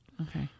Okay